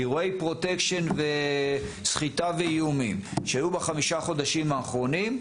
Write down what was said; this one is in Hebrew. אירועי פרוטקשן וסחיטה ואיומים שהיו בחמישה חודשים האחרונים,